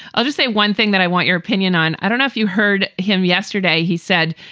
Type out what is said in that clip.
i'll just say one thing that i want your opinion on. i don't know if you heard him yesterday. he said,